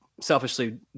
selfishly